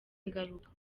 ngaruka